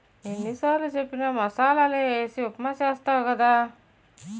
ఎన్ని సారులు చెప్పిన మసాలలే వేసి ఉప్మా చేస్తావు కదా